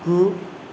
गु